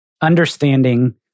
understanding